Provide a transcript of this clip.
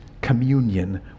communion